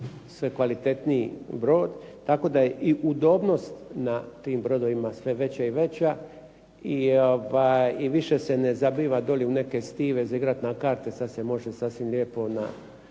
sve kvalitetniji brod, tako da je i udobnost na tim brodovima sve veća i veća i više se ne zabiva dolje u neke stive za igrat na karte, sad se može sasvim lijepo u